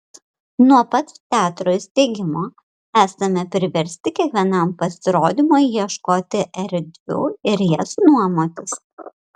nuo pat teatro įsteigimo esame priversti kiekvienam pasirodymui ieškoti erdvių ir jas nuomotis